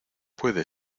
puede